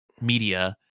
media